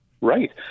Right